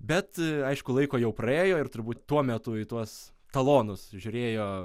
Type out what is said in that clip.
bet aišku laiko jau praėjo ir turbūt tuo metu į tuos talonus žiūrėjo